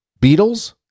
Beatles